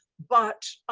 but